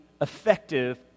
effective